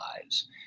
lives